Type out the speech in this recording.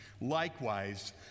likewise